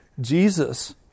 Jesus